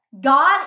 God